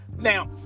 Now